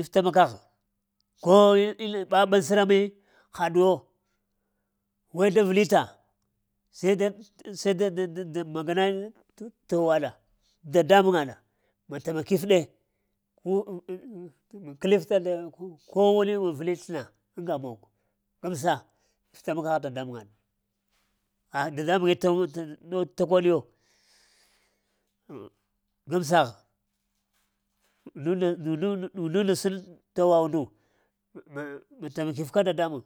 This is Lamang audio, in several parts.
Iftaimakəgh ko ɓaɓe aŋ səra mii haɗuwa way da vita sai dai sai dai towaɗa, dadambuwaɗa, ma tamakifɗe kəlifta daŋ ko wo vili sləna anga mogo gamsa iftamaka dadabuŋwaɗ, ha-dadambuŋwe to takoɗiyo gane sa undunda sən towa undu, m-ma tamakifka dadambuŋ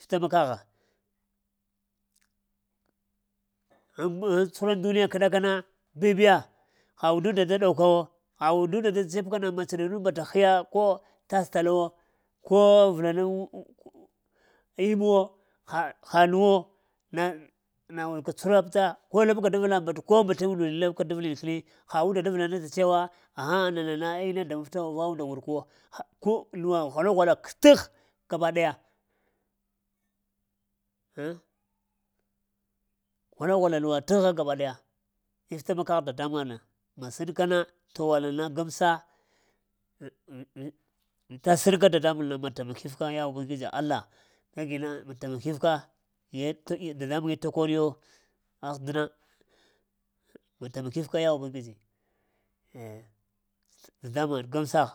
iftamakagha, tsuhura aŋ duniya kəɗakana bibiya ha-unduŋda da ɗow kaw ha undunda da dzebka ma tsəɗaɗuŋɗ bata hiya wo ko tas talawo hiya vulaniw, immowo ha-ha nuwo, na wuka tsuhra pəta ko labka dəvla bata ko bata ha unda da vula ɗata cewa aghŋ nana na ai inne damaftava unda wurkuwo ko nuwagha ghawala ghavala na kətegh, gaba ɗaya ghwala-ghwala na kətah gabaɗaya, iftama kagh dadambuwaɗ aŋ sənkana towalna gamsa vita sənka dadambuŋna ma tamakif ka ya ubangiji allah kagina ma tamakifla a naye 't' dadambuŋee takoɗiyo, ah dina ma tamakifka ya ubangiji dadabuaɗ gamsagh.